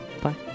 Bye